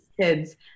kids